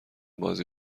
بازی